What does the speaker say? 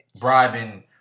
bribing